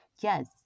yes